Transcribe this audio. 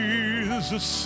Jesus